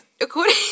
according